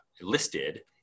listed